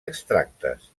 extractes